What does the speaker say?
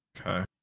Okay